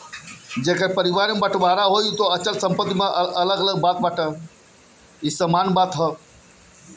अचल संपत्ति चालू संपत्ति से अलग होत बाटे